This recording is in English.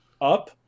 up